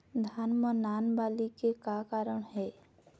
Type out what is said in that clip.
धान म नान बाली के का कारण हे?